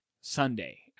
Sunday